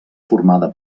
formada